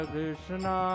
Krishna